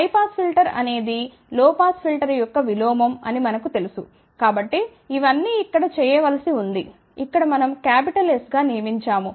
high pass filter అనేది low pass filter యొక్క విలోమం అని మనకు తెలుసు కాబట్టి ఇవన్నీ ఇక్కడ చేయవలసి ఉంది ఇక్కడ మనం క్యాపిటల్ S గా నియమించాము